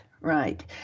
right